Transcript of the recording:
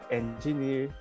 engineer